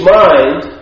mind